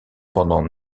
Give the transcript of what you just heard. pendant